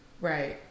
Right